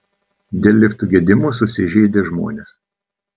dėl liftų gedimų susižeidė žmonės